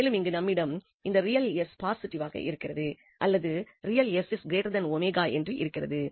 மேலும் இங்கு நம்மிடம் இந்த ரியல் s பாசிட்டிவாக இருக்கிறது அல்லது ரியல் sw என்று இருக்கிறது